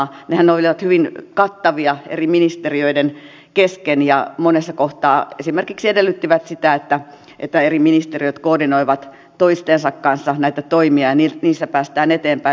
nehän olivat hyvin kattavia eri ministeriöiden kesken ja monessa kohtaa esimerkiksi edellyttivät sitä että eri ministeriöt koordinoivat toistensa kanssa näitä toimia ja niissä päästään eteenpäin